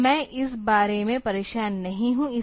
तो मैं इस बारे में परेशान नहीं हूं